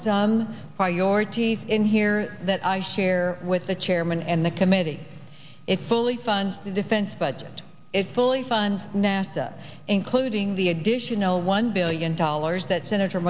some priorities in here that i share with the chairman and the committee it's fully fund the defense budget is fully fund nasa including the additional one billion dollars that senator